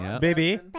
Baby